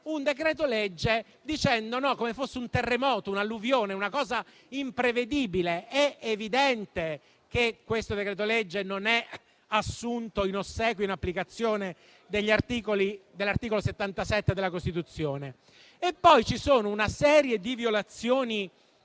un decreto-legge come fosse un terremoto, un'alluvione o una cosa imprevedibile. È evidente che questo decreto-legge non è stato emanato in ossequio e in applicazione dell'articolo 77 della Costituzione. Poi c'è una serie di violazioni